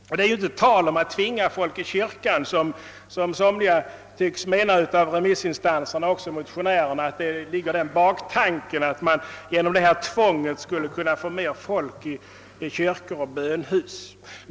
Och det är ju inte tal om att tvinga folk till kyrkan. En del av remissinstanserna liksom även motionärerna tycks anse att det bakom detta tvång ligger den baktanken, att man skulle få mer folk till kyrkor och bönhus.